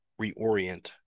reorient